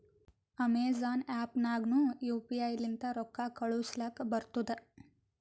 Amazon app ನಾಗ್ನು U P I ಲಿಂತ ರೊಕ್ಕಾ ಕಳೂಸಲಕ್ ಬರ್ತುದ್